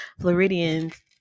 Floridians